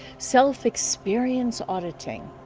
self experience auditing